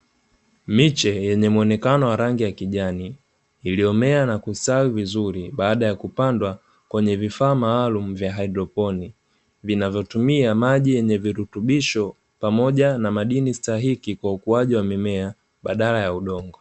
Miche yenye muonekano wa rangi ya kijani iliyomea na kusatwi vizuri baada ya kupandwa kwenye vifaa maalumu vya haidroponi, vinavyotumia maji yenye virutubisho pamoja na madini stahiki kwa ukuaji wa mimea badala ya udongo.